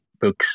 books